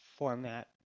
format